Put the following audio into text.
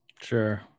Sure